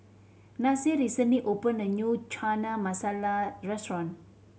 Nasir recently opened a new Chana Masala Restaurant